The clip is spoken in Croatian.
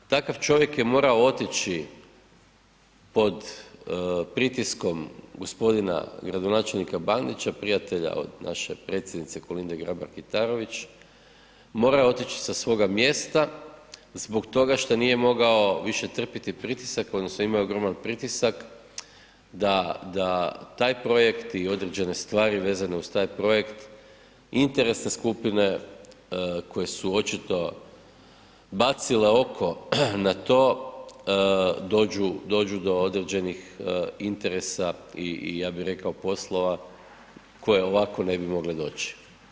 Takav čovjek je morao otići pod pritiskom g. gradonačelnika Bandića, prijatelja od naše predsjednice Kolinde Grabar-Kitarović, morao je otići sa svoga mjesta zbog toga što nije mogao više trpjeti pritisak, odnosno imao je ogroman pritisak da taj projekt i određene stvari vezane uz taj projekt interesne skupine koje su očito bacile oko na to dođu do određenih interesa i ja bih rekao poslova koje ovako ne bi mogle doći.